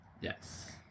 Yes